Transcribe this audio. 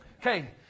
Okay